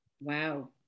Wow